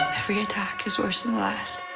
every attack is worse last.